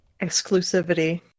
Exclusivity